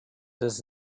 does